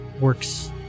works